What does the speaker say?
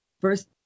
first